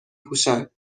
پوشن